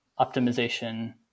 optimization